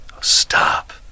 stop